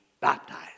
baptized